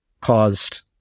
caused